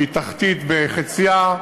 שהיא תחתית בחצייה,